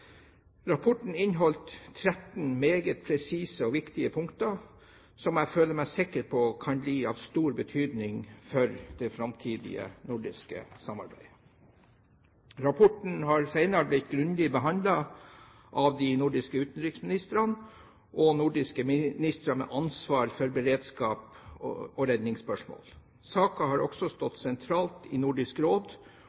Rapporten inneholdt 13 meget presise og viktige punkter som jeg føler meg sikker på kan bli av stor betydning for det framtidige nordiske samarbeidet. Rapporten har senere blitt grundig behandlet av de nordiske utenriksministrene og nordiske ministre med ansvar for beredskaps- og redningsspørsmål. Saken har også